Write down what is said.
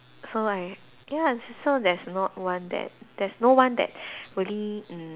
so I ya so there's not one that there's no one that really mm